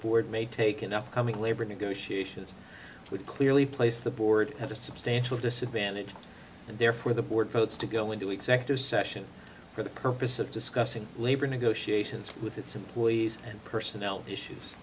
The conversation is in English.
board may take an upcoming labor negotiations would clearly place the board had a substantial disadvantage and therefore the board votes to go into executive session for the purpose of discussing labor negotiations with its employees and personnel issues